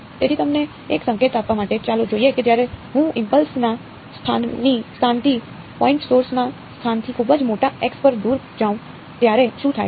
તેથી તમને એક સંકેત આપવા માટે ચાલો જોઈએ કે જ્યારે હું ઇમ્પલ્સ ના સ્થાનથી પોઈન્ટ સોર્સ ના સ્થાનથી ખૂબ જ મોટા x પર દૂર જાઉં ત્યારે શું થાય છે